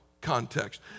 context